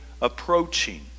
approaching